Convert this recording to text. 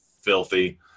filthy